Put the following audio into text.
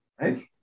right